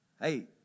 Hey